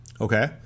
okay